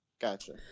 Gotcha